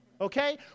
okay